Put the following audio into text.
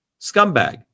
Scumbag